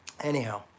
Anyhow